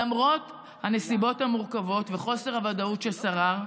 למרות הנסיבות המורכבות וחוסר הוודאות ששרר,